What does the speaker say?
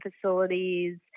facilities